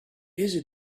easy